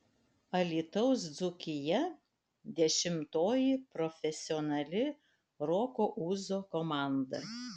alytaus dzūkija dešimtoji profesionali roko ūzo komanda